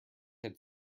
had